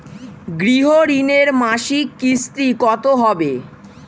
গৃহ ঋণের মাসিক কিস্তি কত হবে?